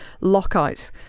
Lockout